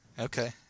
okay